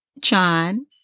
John